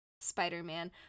Spider-Man